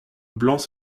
blancs